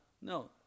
no